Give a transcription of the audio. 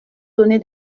donner